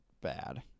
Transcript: bad